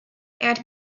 and